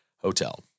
Hotel